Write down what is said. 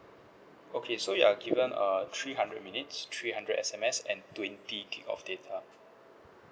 okay so you are given err three hundred minutes three hundred S_M_S and twenty gig of data